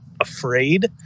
afraid